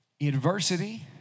Adversity